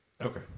Okay